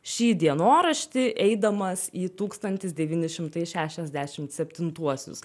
šį dienoraštį eidamas į tūkstantis devyni šimtai šešiasdešimt septintuosius